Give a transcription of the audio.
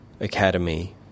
academy –